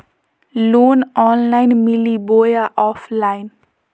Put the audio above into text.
Loan online मिली बोया offline?